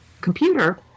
computer